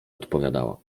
odpowiadała